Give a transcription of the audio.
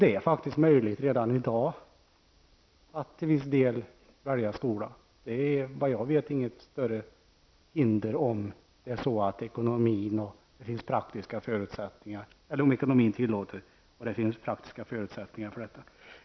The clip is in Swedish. Det är faktiskt redan i dag möjligt att till viss del välja skola. Jag känner inte till något större hinder som står i vägen om ekonomin tillåter och det finns praktiska förutsättningar.